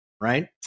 right